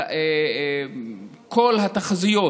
כל התחזיות